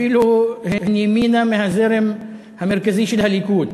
הן אפילו ימינה מהזרם המרכזי של הליכוד.